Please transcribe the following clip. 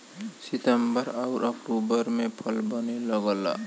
सितंबर आउर अक्टूबर में फल बने लगला